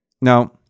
Now